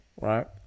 right